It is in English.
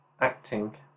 acting